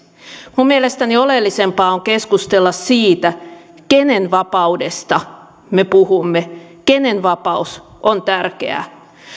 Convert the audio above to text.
minun mielestäni oleellisempaa on keskustella siitä kenen vapaudesta me puhumme kenen vapaus on tärkeää